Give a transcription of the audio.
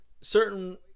certain